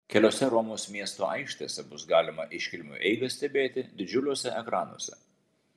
keliose romos miesto aikštėse bus galima iškilmių eigą stebėti didžiuliuose ekranuose